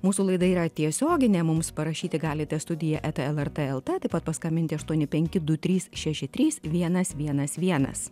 mūsų laida yra tiesioginė mums parašyti galite studija eta lrt lt taip pat paskambinti aštuoni penki du trys šeši trys vienas vienas vienas